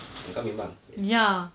engkau memang yes